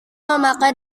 memakai